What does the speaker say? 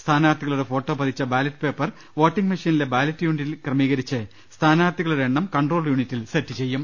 സ്ഥാനാർഥികളുടെ ഫോട്ടോ പതിച്ച ballot paper voting മെഷീനിലെ ബാലറ്റ് യൂണിറ്റിൽ ക്രമീകരിച്ച് സ്ഥാനാർഥികളുടെ എണ്ണം കൺട്രോൾ യൂണിറ്റിൽ സെറ്റ് ചെയ്യും